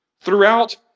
Throughout